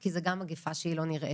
כי זו גם מגפה שהיא לא נראית